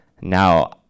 now